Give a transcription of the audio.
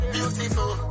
Beautiful